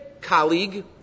colleague